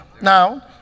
Now